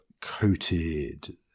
coated